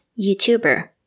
YouTuber